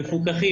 מפוקחים.